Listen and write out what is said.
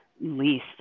least